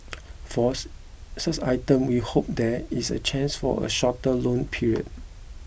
for such items we hope there is a chance for a shorter loan period